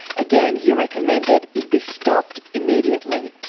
again, he recommended it be stopped immediately.